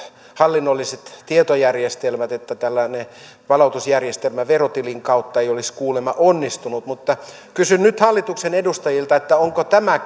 hallinnolliset tietojärjestelmät että tällainen palautusjärjestelmä verotilin kautta ei olisi kuulemma onnistunut mutta kysyn nyt hallituksen edustajilta onko tämä